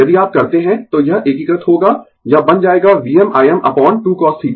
यदि आप करते है तो यह एकीकृत होगा यह बन जाएगा VmIm अपोन 2cos θ